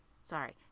sorry